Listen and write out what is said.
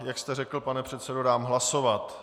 Jak jste řekl, pane předsedo, dám hlasovat.